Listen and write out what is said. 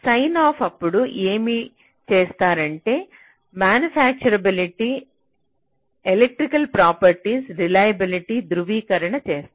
sign off అప్పుడు ఏమి చేస్తారంటే మ్యానుఫ్యాక్చరబిల్టి ఎలక్ట్రికల్ ప్రాపర్టీస్ రిలయబిల్టి ధృవీకరణ చేస్తారు